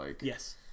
Yes